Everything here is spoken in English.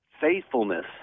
faithfulness